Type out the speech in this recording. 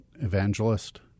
evangelist